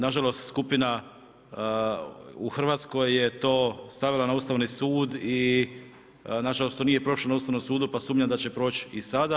Nažalost, skupina u Hrvatskoj je to stavila na Ustavni sud i nažalost to nije prošlo na Ustavnom sudu jer sumnjam da će proći i sada.